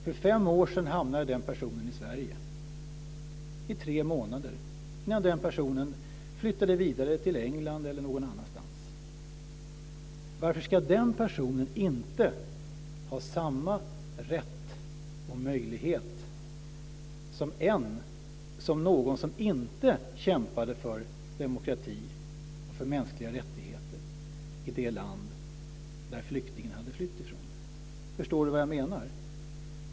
För fem år sedan hamnade den personen i Sverige i tre månader innan han eller hon flyttade vidare till England eller någon annanstans. Varför ska den personen inte ha samma rätt och möjlighet som någon som inte kämpade för demokrati och mänskliga rättigheter i det land som flyktingen hade flytt ifrån? Förstår finansministern vad jag menar?